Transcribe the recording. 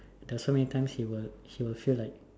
there is so many times he will feel like